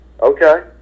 okay